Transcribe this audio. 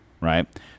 right